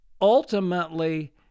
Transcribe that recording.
ultimately